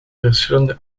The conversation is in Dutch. verschillende